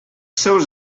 seus